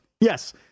Yes